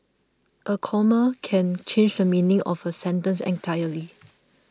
a comma can change the meaning of a sentence entirely